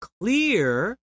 clear